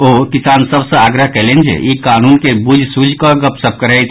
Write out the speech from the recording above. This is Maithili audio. ओ किसान सभ सँ आग्रह कयलनि जे ई कानून के बूझि सुझि कऽ गपशप करैथ